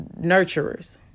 nurturers